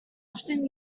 often